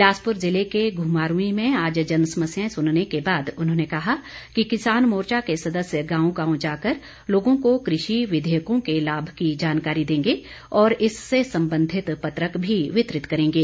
बिलासपुर ज़िले के घुमारवीं में आज जनसमस्याएं सुनने के बाद उन्होंने कहा कि किसान मोर्चा के सदस्य गांव गांव जाकर लोगों को कृषि विधेयकों के लाभ की जानकारी देंगे और इससे संबंधित पत्रक भी वितरित करेंगे